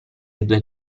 due